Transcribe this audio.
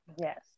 yes